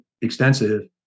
extensive